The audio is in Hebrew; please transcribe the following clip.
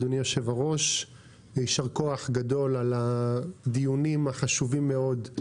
אדוני היושב-ראש ויישר כוח גדול על הדיונים החשובים מאוד.